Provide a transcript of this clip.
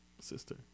sister